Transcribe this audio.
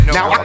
Now